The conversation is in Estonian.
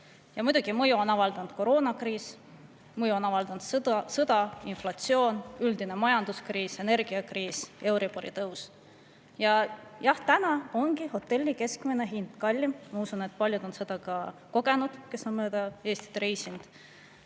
Ja muidugi, mõju on avaldanud koroonakriis, mõju on avaldanud sõda, inflatsioon, üldine majanduskriis, energiakriis, euribori tõus. Jah, täna ongi hotelli[teenuste] keskmine hind kallim. Ma usun, et paljud, kes on mööda Eestit reisinud,